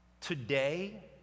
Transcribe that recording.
Today